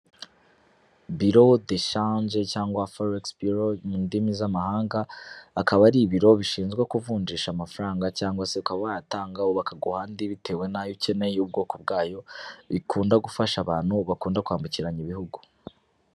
Birodeshange cyanwa foregisibiro mu ndimi z'amahanga, akaba ari ibiro bishinzwe kuvunjisha amafaranga cyangwa se ukaba wayatanga bo bakaguha andi bitewe n'ayo ukeneye ubwoko bwayo, bikunda gufasha abantu bakunda kwambukiranya Ibihugu.